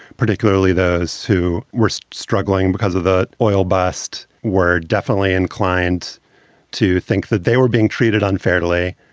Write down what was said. particularly those who were struggling because of the oil bust, were definitely inclined to think that they were being treated unfairly.